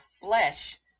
flesh